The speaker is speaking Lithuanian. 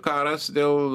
karas dėl